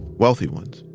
wealthy ones,